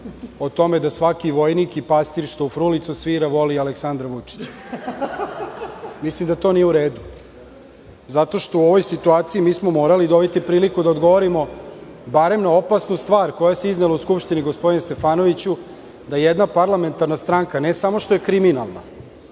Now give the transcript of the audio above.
o tome da svaki vojnik i pastir što u frulicu svira voli Aleksandra Vučića. Mislim da to nije u redu zato što u ovoj situaciji mi smo morali dobiti priliku da odgovorimo barem na opasnu stvar koja se iznela u Skupštini, gospodine Stefanoviću, da jedna parlamentarna stranka, ne samo što je kriminalna,